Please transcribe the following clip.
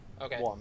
Okay